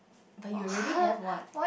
but you already have one